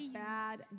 bad